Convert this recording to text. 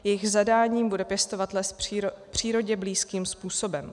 Jejich zadáním bude pěstovat les přírodě blízkým způsobem.